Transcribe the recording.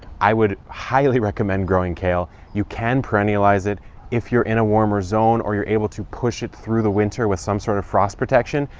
i would highly recommend growing kale. you can perennialize it if you're in a warmer zone or you're able to push it through the winter with some sort of frost protection,